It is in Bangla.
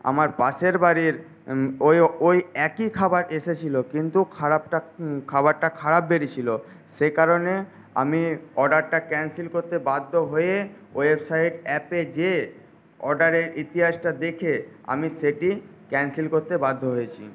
আমার পাশের বাড়ির ওই ওই একই খাবার এসেছিল কিন্তু খারাপটা খাবারটা খারাপ বেরিয়েছিল সেই কারণে আমি অর্ডারটা ক্যানসেল করতে বাধ্য হয়ে ওয়েবসাইট অ্যাপে গিয়ে অর্ডারের ইতিহাসটা দেখে আমি সেটি ক্যানসেল করতে বাধ্য হয়েছি